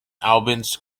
albans